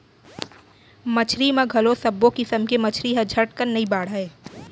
मछरी म घलौ सब्बो किसम के मछरी ह झटकन नइ बाढ़य